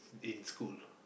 in school